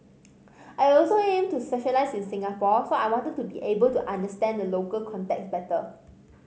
I also aim to specialise in Singapore so I wanted to be able to understand the local context better